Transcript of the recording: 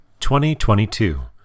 2022